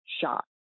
shot